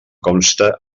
consta